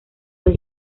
del